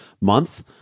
month